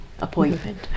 Appointment